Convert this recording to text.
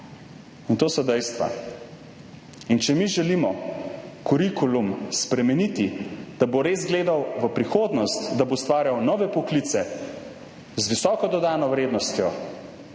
In to so dejstva. Če mi želimo kurikulum spremeniti, da bo res gledal v prihodnost, da bo ustvarjal nove poklice z visoko dodano vrednostjo,